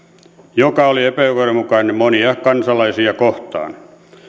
joka oli epäoikeudenmukainen monia kansalaisia kohtaan